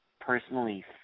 personally